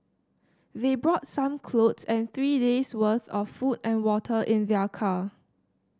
they brought some clothes and three days' worth of food and water in their car